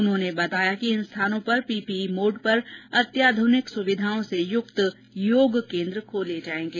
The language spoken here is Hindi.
उन्होंने बताया कि इन स्थानों पर पीपीई मोड पर अत्याधुनिक सुविधाओं से युक्त योग केंद्र खोले जाएंगे